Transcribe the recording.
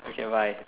okay bye